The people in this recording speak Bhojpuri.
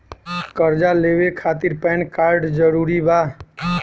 कर्जा लेवे खातिर पैन कार्ड जरूरी बा?